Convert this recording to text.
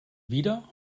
wieder